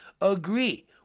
agree